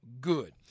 good